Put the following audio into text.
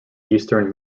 eastern